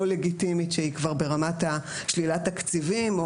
לגיטימית שהיא כבר ברמת ה-שלילת תקציבים,